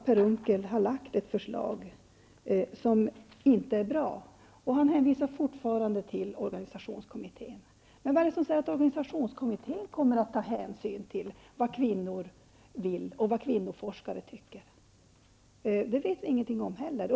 Per Unckel har lagt fram ett förslag som inte är bra, och han hänvisar fortfarande till organisationskommittén. Men vad säger att organisationskommittén kommer att ta hänsyn till vad kvinnor vill och vad kvinnoforskare tycker? Vi vet inte heller något om detta.